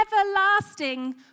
everlasting